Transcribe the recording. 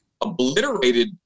obliterated